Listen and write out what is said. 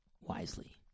wisely